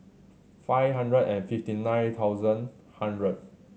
five hundred and fifty nine thousand hundred